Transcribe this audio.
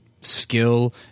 skill